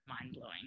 mind-blowing